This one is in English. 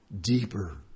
deeper